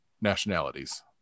nationalities